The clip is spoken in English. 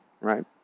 right